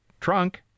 trunk